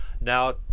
now